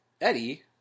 Eddie